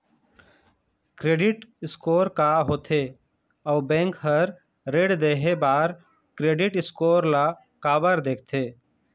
Credit score का होथे अउ बैंक हर ऋण देहे बार क्रेडिट स्कोर ला काबर देखते?